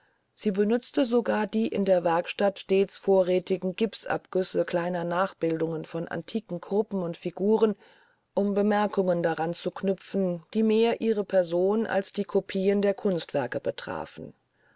sie benützte sogar die in der werkstatt stets vorräthigen gypsabgüsse kleiner nachbildungen von antiken gruppen und figuren um bemerkungen daran zu knüpfen die mehr ihre person als die copieen der kunstwerke betrafen